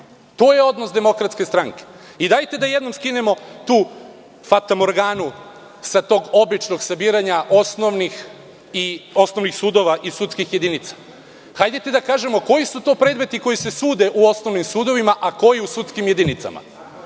to je odnos DS i dajte da jednom skinemo tu fatamorganu sa tog običnog sabiranja osnovnih i osnovnih sudova i sudskih jedinica. Hajde da kažemo koji su to predmeti koji se sude u osnovnim sudovima, a koji u sudskim jedinicama.U